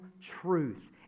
truth